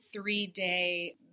three-day